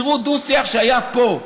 תראו דו-שיח שהיה פה,